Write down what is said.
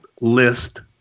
list